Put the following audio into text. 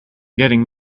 getting